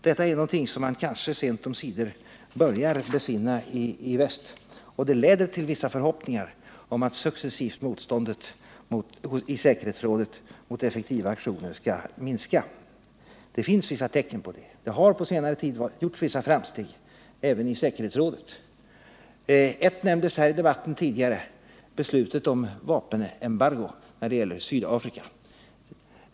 Detta är någonting som man kanske sent omsider börjar besinna i väst, och det leder till vissa förhoppningar om att motståndet i säkerhetsrådet mot effektiva aktioner successivt skall minska. Det finns vissa tecken på det. Det har på senare tid gjorts vissa framsteg även i säkerhetsrådet. Ett nämndes tidigare här i debatten: beslutet om vapenembargo när det gäller Sydafrika.